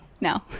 No